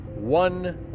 one